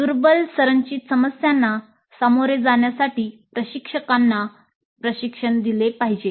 दुर्बल संरचित समस्यांना सामोरे जाण्यासाठी प्रशिक्षकांना प्रशिक्षण दिले पाहिजे